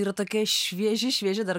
yra tokie švieži švieži dar